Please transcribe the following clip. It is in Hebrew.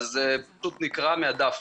אז פשוט נקרא מהדף.